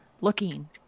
looking